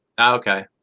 okay